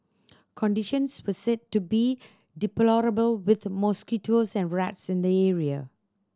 conditions were said to be deplorable with mosquitoes and rats in the area